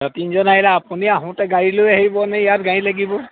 তিনজন আহিলে আপুনি আহোঁতে গাড়ী লৈ আহিব নে ইয়াত গাড়ী লাগিব